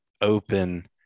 open